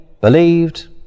believed